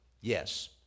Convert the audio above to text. yes